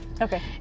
Okay